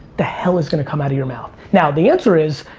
the hell is gonna come out of your mouth? now the answer is,